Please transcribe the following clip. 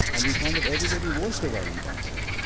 and we found that everybody was providing counselling.